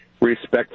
respect